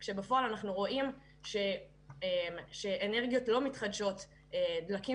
אבל בפועל אנחנו רואים שאנרגיות לא מתחדשות ודלקים